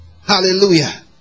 Hallelujah